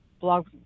blog